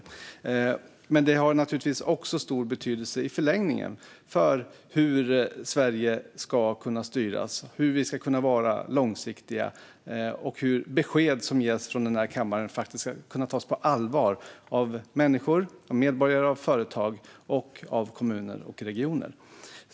Men det har i förlängningen naturligtvis också stor betydelse för hur Sverige ska kunna styras, hur vi ska kunna vara långsiktiga och hur besked som ges från denna kammare faktiskt ska kunna tas på allvar av människor, av medborgare, av företag och av kommuner och regioner.